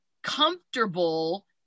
comfortable